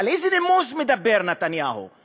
על איזה נימוס נתניהו מדבר?